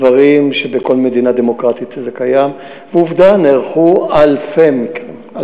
דברים שקיימים בכל מדינה דמוקרטית.